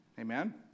Amen